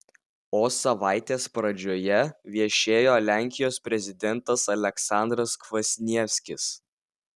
o savaitės pradžioje viešėjo lenkijos prezidentas aleksandras kvasnievskis